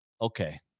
Okay